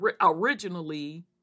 originally